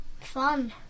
Fun